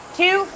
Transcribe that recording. two